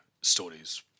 stories